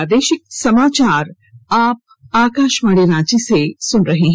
प्रादेशिक समाचार आप आकाशवाणी रांची से सुन रहे हैं